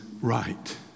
right